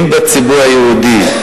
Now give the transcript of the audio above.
אם בציבור היהודי,